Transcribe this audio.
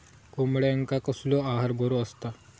कोंबड्यांका कसलो आहार बरो असता?